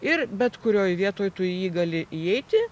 ir bet kurioj vietoj tu į jį gali įeiti